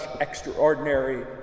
extraordinary